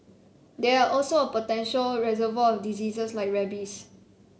they are also a potential reservoir of disease like rabies